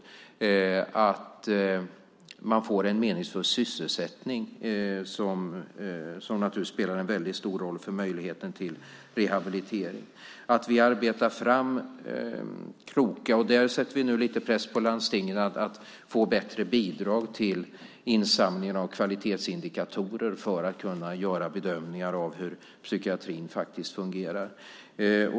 Det handlar om att man får en meningsfull sysselsättning som spelar en stor roll för möjligheten till rehabilitering. Vi sätter nu lite press på landstingen för att vi ska få bättre bidrag till insamlingen av kvalitetsindikatorer för att kunna göra bedömningar av hur psykiatrin fungerar.